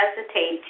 hesitate